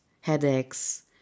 headaches